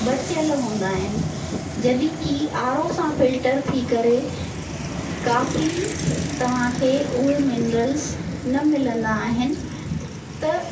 बचियल हूंदा आहिनि जॾहिं की आरओ सां फिल्टर थी करे काफ़ी तव्हां खे उहे मिनरल्स न मिलंदा आहिनि त